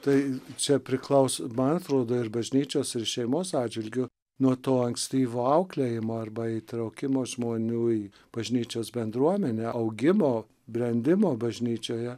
tai čia priklauso man atrodo ir bažnyčios ir šeimos atžvilgiu nuo to ankstyvo auklėjimo arba įtraukimo žmonių į bažnyčios bendruomenę augimo brendimo bažnyčioje